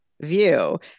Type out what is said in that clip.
view